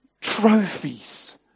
trophies